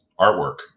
artwork